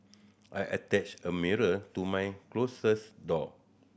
I attached a mirror to my closet door